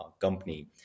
company